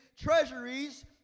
treasuries